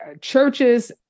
churches